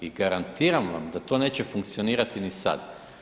I garantiram vam da to neće funkcionirati ni sad.